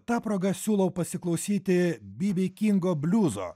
ta proga siūlau pasiklausyti bibi kingo bliuzo